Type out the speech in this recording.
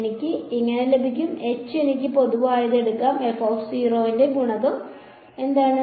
എനിക്ക് അങ്ങനെ ലഭിക്കും h എനിക്ക് പൊതുവായത് എടുക്കാം ന്റെ ഗുണകം എന്താണ്